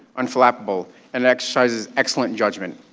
unflappable and exercises excellent judgment